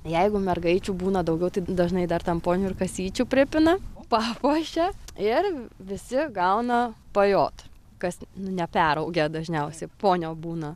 jeigu mergaičių būna daugiau tai dažnai dar ten ponių ir kasyčių pripina papuošia ir visi gauna pajot kas nu neperaugę dažniausiai ponio būna